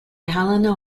helena